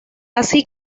así